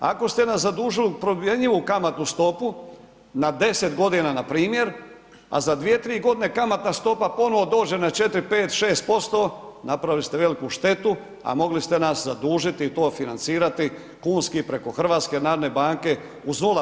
Ako ste nas zadužili u promjenjivu kamatnu stopu na 10.g. npr., a za 2-3.g. kamatna stopa ponovo dođe na 4, 5, 6%, napravili ste veliku štetu, a mogli ste nas zadužiti i to financirati kunski preko HNB-a uz 0%